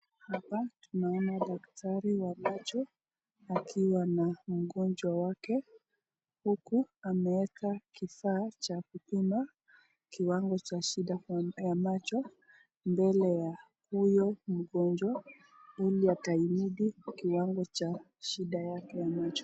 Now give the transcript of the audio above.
Hapa tunaona daktari wa macho akiwa na mgonjwa wake huku amewekaa kifaa cha kupima kiwango cha shida ya macho mbele ya huyo mgonjwa ili atahimidi kiwango cha shida yake.